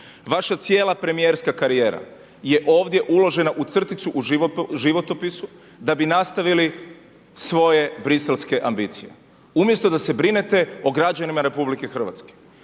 Vaša cijela premijerska karijera je ovdje uložena u crticu u životopisu da bi nastavili svoje briselske ambicije umjesto da se brinete o građanima RH. Pa onda ako